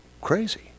crazy